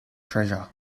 treasure